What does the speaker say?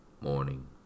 morning